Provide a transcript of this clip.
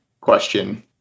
question